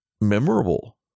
memorable